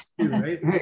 right